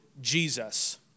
Jesus